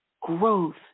growth